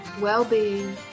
well-being